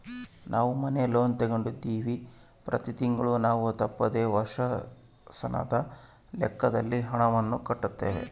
ನಾವು ಮನೆ ಲೋನ್ ತೆಗೆದುಕೊಂಡಿವ್ವಿ, ಪ್ರತಿ ತಿಂಗಳು ನಾವು ತಪ್ಪದೆ ವರ್ಷಾಶನದ ಲೆಕ್ಕದಲ್ಲಿ ಹಣವನ್ನು ಕಟ್ಟುತ್ತೇವೆ